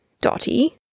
Dotty